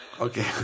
Okay